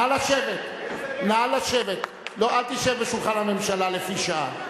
נא לשבת, אל תשב בשולחן הממשלה לפי שעה.